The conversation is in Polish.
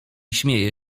śmieje